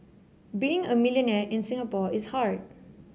being a millionaire in Singapore is hard